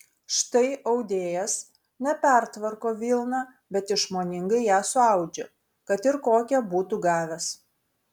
štai audėjas ne pertvarko vilną bet išmoningai ją suaudžia kad ir kokią būtų gavęs